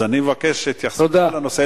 אני מבקש התייחסות לנושא,